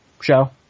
show